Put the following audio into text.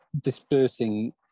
Dispersing